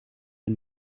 een